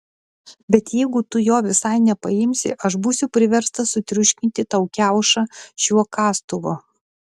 bet jeigu tu jo visai nepaimsi aš būsiu priverstas sutriuškinti tau kiaušą šiuo kastuvu